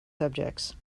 subjects